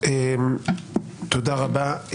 תודה רבה.